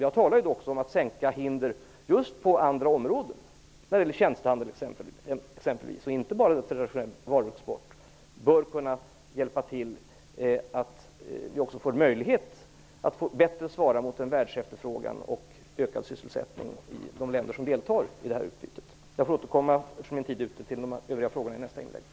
Jag talade också om att sänka hinder på andra områden, exempelvis för tjänstehandel och inte bara när det gäller traditionell varuexport. Det bör kunna hjälpa till, så att vi också får möjlighet att bättre svara mot en världsefterfrågan och en ökad sysselsättning i de länder som deltar i det här utbytet. Jag får återkomma till de övriga frågorna i nästa inlägg.